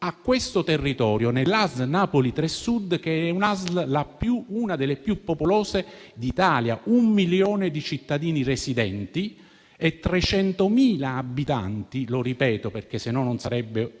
a questo territorio, nell'ASL Napoli 3 Sud, che è una delle più popolose d'Italia, con un milione di cittadini residenti e 300.000 abitanti. Lo ripeto, perché non sarebbe